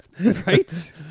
right